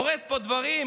הורס פה דברים,